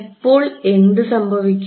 എപ്പോൾ എന്ത് സംഭവിക്കും